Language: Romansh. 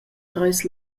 treis